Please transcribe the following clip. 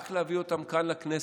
רק להביא אותם כאן לכנסת,